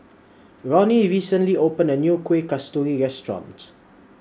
Ronny recently opened A New Kueh Kasturi Restaurant